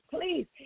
Please